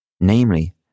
Namely